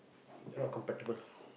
not compatible